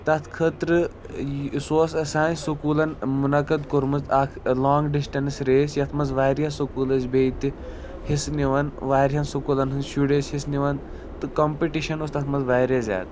تَتھ خٲطرٕ یہِ سُہ اوس اَسہِ سانہِ سُکوٗلَن مُنعقد کوٚرمُت اَکھ لانٛگ ڈِسٹٮ۪نٕس ریس یَتھ منٛز واریاہ سُکوٗل ٲسۍ بیٚیہِ تہِ حِصہٕ نِوان واریاہَن سُکوٗلَن ہٕنٛدۍ شُرۍ ٲسۍ حِصہٕ نِوان تہٕ کَمپٕٹِشَن اوس تَتھ منٛز واریاہ زیادٕ